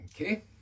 okay